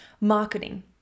marketing